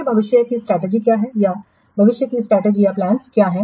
फिर भविष्य की स्ट्रेटजी क्या है या भविष्य की स्ट्रेटजी या प्लानस क्या हैं